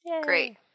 Great